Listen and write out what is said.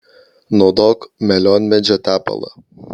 naudok melionmedžio tepalą